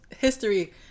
history